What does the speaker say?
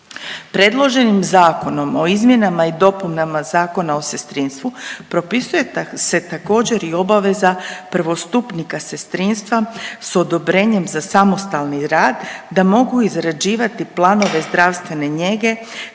Predloženim Zakonom o izmjenama i dopunama Zakona o sestrinstvu propisuje se također i obaveza prvostupnika sestrinstva sa odobrenjem za samostalni rad da mogu izrađivati planove zdravstvene njege,